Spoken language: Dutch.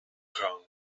gang